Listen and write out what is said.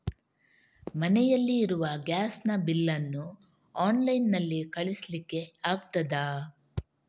ಮನೆಯಲ್ಲಿ ಇರುವ ಗ್ಯಾಸ್ ನ ಬಿಲ್ ನ್ನು ಆನ್ಲೈನ್ ನಲ್ಲಿ ಕಳಿಸ್ಲಿಕ್ಕೆ ಆಗ್ತದಾ?